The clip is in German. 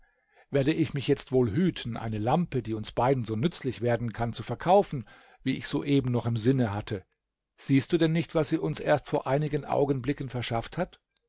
werde ich mich jetzt wohl hüten eine lampe die uns beiden so nützlich werden kann zu verkaufen wie ich soeben noch im sinne hatte siehst du denn nicht was sie uns erst vor einigen augenblicken verschafft hat